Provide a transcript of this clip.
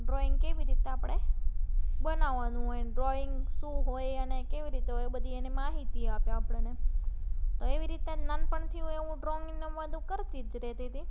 drawing કેવી રીતના આપણે બનાવવાનું હોય અને ડ્રોઇંગ શું હોય અને કેવી રીતે હોય એવી એની બધી માહિતી આપે આપણને તો એવી રીતે નાનપણથી જ ડ્રોઇંગનો બધું કરતી જ રહેતી હતી